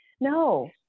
No